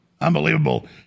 Unbelievable